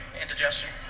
indigestion